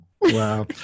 Wow